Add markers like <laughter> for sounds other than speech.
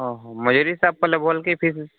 ହଁ ହଁ <unintelligible> ପରେ ଲଗେଇବିକେ କି